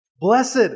Blessed